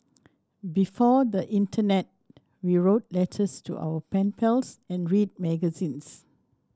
before the internet we wrote letters to our pen pals and read magazines